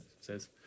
says